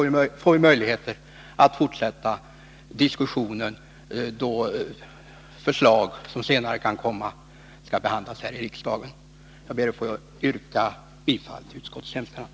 Vi får ju möjlighet att fortsätta diskussionen, när ytterligare förslag i detta avseende skall behandlas här i riksdagen. Jag ber att få yrka bifall till utskottets hemställan.